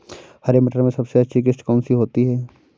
हरे मटर में सबसे अच्छी किश्त कौन सी होती है?